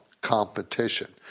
Competition